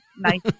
nice